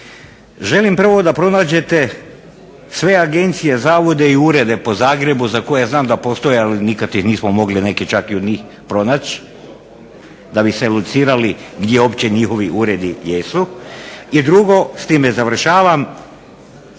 Želim prvo da pronađete sve agencije, zavode i urede po Zagrebu za koje znam da postoje, ali nikad ih nismo mogli neke čak i od njih pronaći, da bi se educirali gdje uopće njihovi uredi jesu. I drugo, s time završavam,